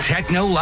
Techno